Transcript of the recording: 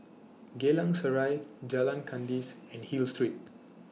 Geylang Serai Jalan Kandis and Hill Street